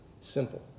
Simple